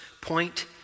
point